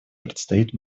предстоит